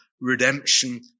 redemption